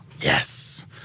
yes